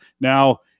Now